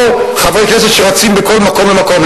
לא חברי כנסת שרצים ממקום למקום.